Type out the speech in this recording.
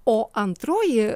o antroji